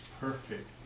perfect